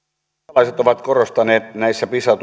ruotsalaiset ovat korostaneet näissä pisa